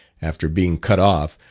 after being cut off,